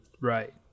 Right